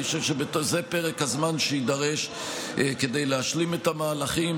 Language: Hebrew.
חושב שזה פרק הזמן שיידרש כדי להשלים את המהלכים.